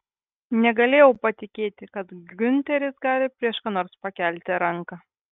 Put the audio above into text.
negalėjau patikėti kad giunteris gali prieš ką nors pakelti ranką